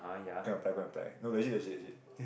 go and apply go and apply no legit legit legit